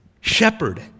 shepherd